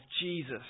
Jesus